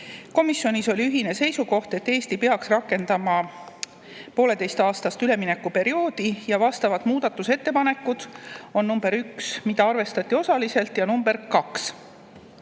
Komisjonis oli ühine seisukoht, et Eesti peaks rakendama pooleteiseaastast üleminekuperioodi. Vastavad muudatusettepanekud on nr 1, mida arvestati osaliselt, ja nr 2.